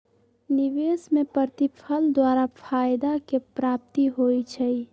निवेश में प्रतिफल द्वारा फयदा के प्राप्ति होइ छइ